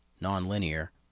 non-linear